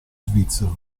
svizzero